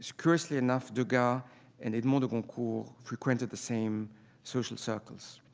curiously enough, degas and edmond de goncourt frequented the same social circles.